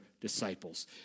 disciples